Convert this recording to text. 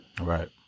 Right